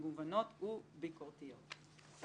מגוונות וביקורתיות".